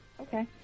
Okay